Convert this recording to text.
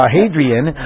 Hadrian